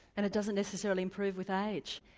and it doesn't necessarily improve with age.